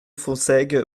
fonsègue